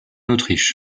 autriche